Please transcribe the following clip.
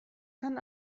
kann